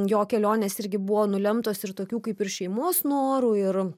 jo kelionės irgi buvo nulemtos ir tokių kaip ir šeimos norų ir